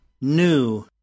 New